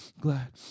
glad